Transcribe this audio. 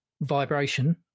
vibration